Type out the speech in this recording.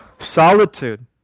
solitude